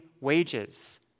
wages